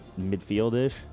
midfield-ish